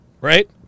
Right